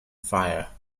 fire